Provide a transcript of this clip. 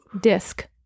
disc